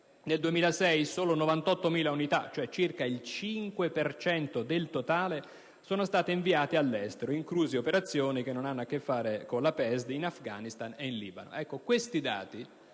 nel 2006, solo 98.000 unità, cioè circa il 5 per cento del totale, sono state inviate all'estero, incluse operazioni che non hanno a che fare con la PESD, in Afghanistan e Libano.